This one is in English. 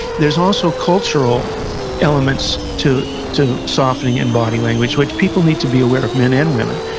there's also cultural elements to to softening and body language, which people need to be aware of, men and women.